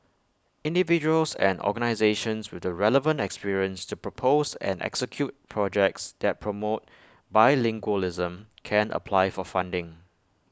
individuals and organisations with the relevant experience to propose and execute projects that promote bilingualism can apply for funding